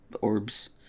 Orbs